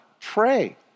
Pray